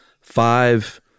five